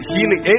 Healing